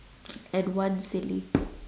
and one silly